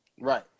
Right